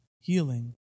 Healing